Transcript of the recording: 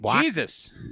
Jesus